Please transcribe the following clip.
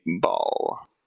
ball